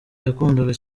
yakundaga